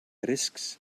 risks